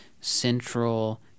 central